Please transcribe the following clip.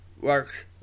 works